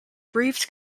breathed